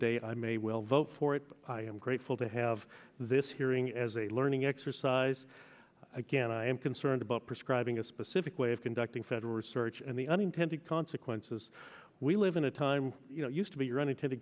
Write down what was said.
day i may will vote for it but i am grateful to have this hearing as a learning exercise again i am concerned about prescribing a specific way of conducting federal research and the unintended consequences we live in a time used to be running to the